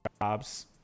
jobs